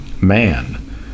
man